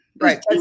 Right